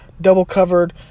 Double-covered